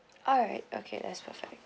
alright okay that's perfect